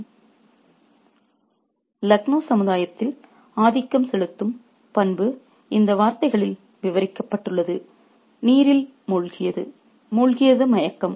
refer slide time 0429 Lucknow சமுதாயத்தில் ஆதிக்கம் செலுத்தும் பண்பு இந்த வார்த்தைகளில் விவரிக்கப்பட்டுள்ளது நீரில் மூழ்கியது மூழ்கியது மயக்கம்